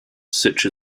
such